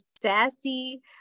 sassy